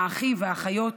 האחים והאחיות,